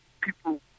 people